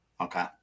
Okay